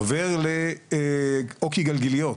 עובר להוקי גלגליות,